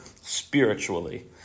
spiritually